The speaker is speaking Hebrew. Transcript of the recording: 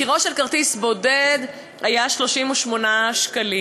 מחירו של כרטיס בודד היה 38 שקלים,